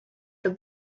the